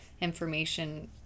information